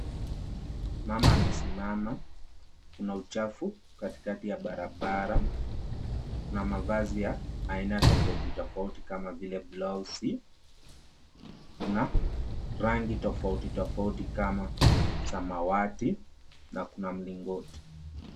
Mama amesimama, kuna uchafu katikati ya barabara, kuna mavazi ya aina tofauti tofauti kama vile blausi, kuna rangi tofauti tofauti kama samawati na kuna mlingoti.